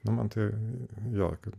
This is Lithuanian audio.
nu man tai jokio